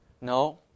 No